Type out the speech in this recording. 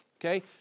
Okay